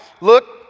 look